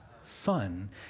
Son